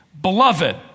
beloved